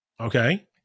Okay